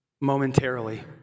momentarily